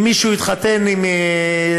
אם מישהו התחתן עם צעירה,